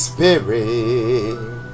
Spirit